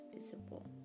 visible